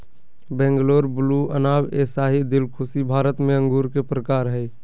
Bangalore blue, Anab e Shahi, Dilkhushi Bharat में अंगूर के प्रकार हय